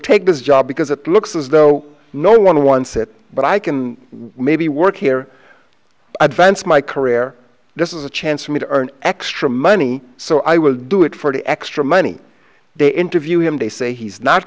take this job because it looks as though no one wants it but i can maybe work here advance my career this is a chance for me to earn extra money so i will do it for the extra money they interview him they say he's not